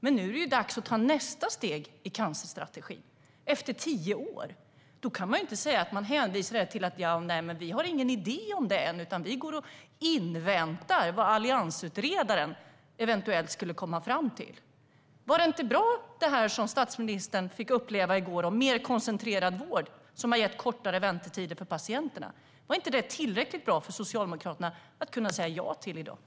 Men nu är det dags att ta nästa steg i cancerstrategin, efter tio år. Då kan man inte säga att man inte har någon idé om det än utan att man går och inväntar vad alliansutredaren eventuellt kommer fram till. Var inte det som statsministern i går fick uppleva om mer koncentrerad vård som har gett kortare väntetider för patienterna bra? Var det inte tillräckligt bra för att Socialdemokraterna ska kunna säga ja till det i dag?